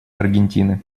аргентины